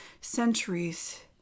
centuries